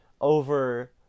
over